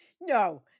no